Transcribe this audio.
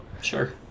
Sure